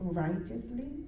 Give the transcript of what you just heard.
righteously